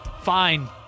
fine